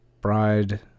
bride